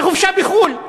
בחופשה בחו"ל.